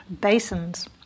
basins